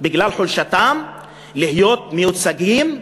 בגלל חולשתם, להיות מיוצגים,